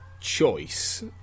choice